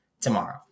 tomorrow